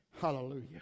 Hallelujah